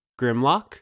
Grimlock